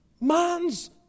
Man's